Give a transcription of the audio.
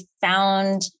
found